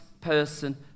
person